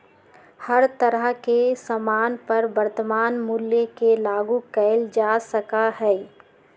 हर तरह के सामान पर वर्तमान मूल्य के लागू कइल जा सका हई